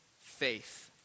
faith